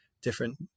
different